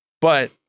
But-